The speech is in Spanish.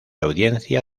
audiencia